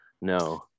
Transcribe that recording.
no